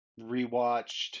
rewatched